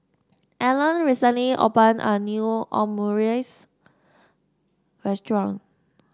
Allen recently opened a new Omurice restaurant